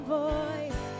voice